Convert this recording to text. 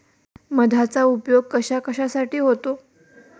मधाचा उपयोग कशाकशासाठी होतो?